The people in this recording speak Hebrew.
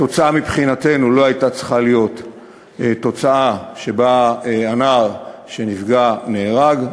מבחינתנו לא הייתה צריכה להיות תוצאה שנער נפגע נהרג.